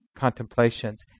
contemplations